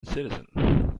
citizen